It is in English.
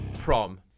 prom